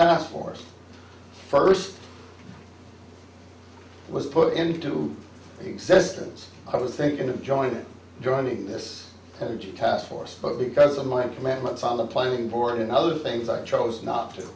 task force first was put into existence i was thinking of joining joining this task force but because of my commitments on the planning board and other things i chose not to